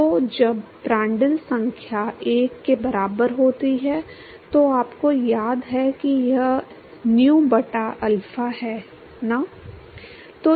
तो जब प्रांड्ल संख्या एक के बराबर होती है तो आपको याद है कि यह नूयू बटा अल्फा है ना